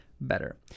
better